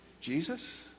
Jesus